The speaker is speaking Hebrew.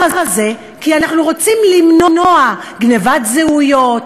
הזה כי אנחנו רוצים למנוע גנבת זהויות,